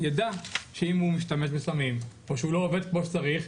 ידע שאם הוא משתמש בסמים או שהוא לא עובד כמו שצריך,